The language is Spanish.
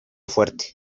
fuerte